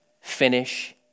Finish